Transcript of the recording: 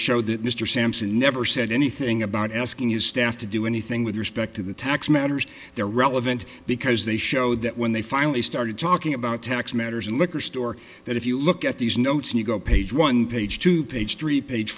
showed that mr sampson never said anything about asking his staff to do anything with respect to the tax matters they're relevant because they showed that when they finally started talking about tax matters and liquor store that if you look at these notes and you go to page one page to page three page